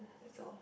that's all